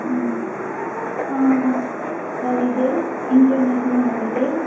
हँ holiday international holiday